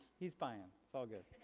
he's buying it's all good.